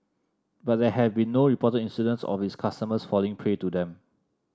but there have been no reported incidents of its customers falling prey to them